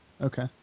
Okay